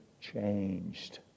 changed